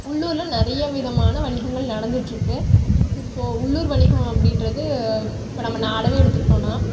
உள்ளூரில் நிறையவிதமான வணிகங்கள் நடந்துகிட்டுருக்கு இப்போது உள்ளூர் வணிகம் அப்படின்றது இப்போது நம்ம நாடயே எடுத்துக்கிட்டோம்னா